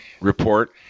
report